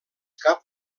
cap